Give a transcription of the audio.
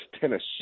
Tennessee